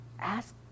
ask